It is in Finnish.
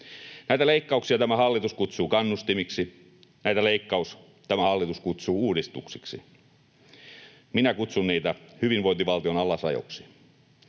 Näitä leikkauksia tämä hallitus kutsuu kannustimiksi. Näitä leikkauksia tämä hallitus kutsuu uudistuksiksi. Minä kutsun niitä hyvinvointivaltion alasajoksi.